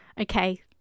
Okay